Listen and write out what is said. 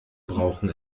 brauchen